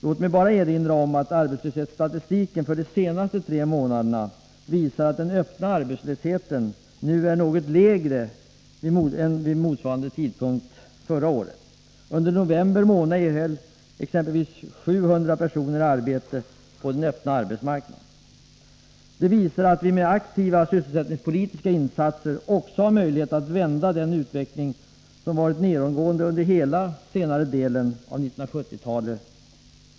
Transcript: Låt mig bara erinra om att arbetslöshetsstatistiken för de senaste tre månaderna visar att den öppna arbetslösheten nu är något lägre än vid motsvarande tidpunkt förra året. Under november månad erhöll exempelvis ca 700 personer arbete på den öppna arbetsmarknaden. Detta visar att vi med aktiva sysselsättningspolitiska insatser också har möjligheter att vända den utveckling som för Norrbotten varit nedåtgående under hela senare delen av 1970-talet.